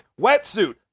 Wetsuit